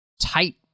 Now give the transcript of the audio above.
tight